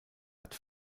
hat